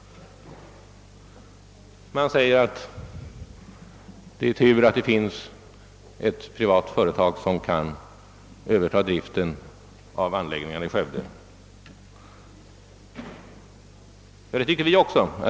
Man säger att det är tur att det finns ett privat företag som kan överta driften av anläggningarna i Skövde, och det tycker vi också.